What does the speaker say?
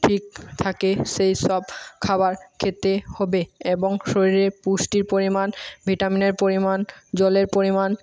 ঠিক থাকে সেই সব খাবার খেতে হবে এবং শরীরের পুষ্টির পরিমাণ ভিটামিনের পরিমাণ জলের পরিমাণ